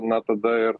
na tada ir